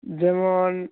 যেমন